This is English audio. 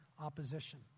opposition